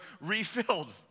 refilled